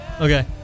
Okay